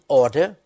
order